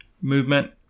movement